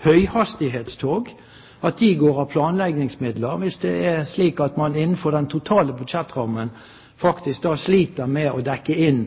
høyhastighetstog, går av planleggingsmidler, hvis det er slik at man innenfor den totale budsjettrammen faktisk sliter med å dekke inn